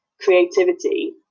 creativity